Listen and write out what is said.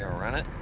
ah run it.